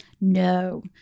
No